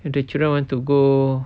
if the children want to go